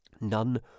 None